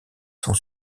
sont